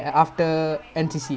oh ya ya